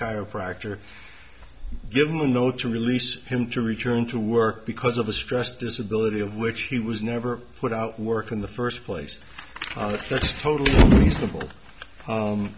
chiropractor give him a note to release him to return to work because of a stress disability of which he was never put out work in the first place totally reasonable